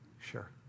Sure